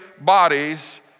bodies